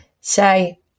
say